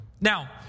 Now